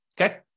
okay